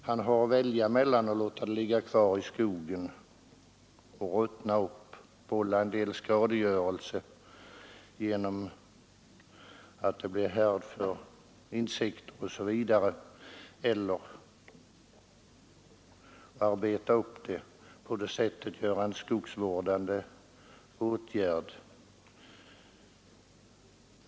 Han har att välja mellan att låta detta avfallsvirke ligga kvar i skogen, ruttna och vålla en del skadegörelse genom att det blir härd för insekter m.m. eller att arbeta upp det och på det sättet göra en skogsvårdande insats.